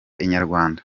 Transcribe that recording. inyarwanda